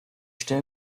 stimme